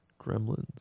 Gremlins